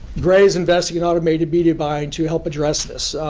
gray is investing in automated media buying to help address this,